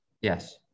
yes